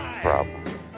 problem